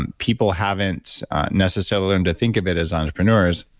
and people haven't necessarily learn to think of it as entrepreneurs.